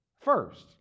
first